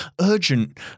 urgent